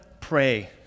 pray